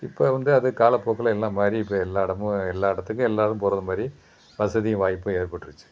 இப்போ வந்து அது காலப்போக்கில் எல்லாம் மாறி இப்போ எல்லா இடமும் எல்லா இடத்துக்கும் எல்லாேரும் போகிறது மாதிரி வசதியும் வாய்ப்பும் ஏற்பட்டிருச்சி